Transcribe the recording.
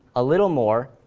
a little more.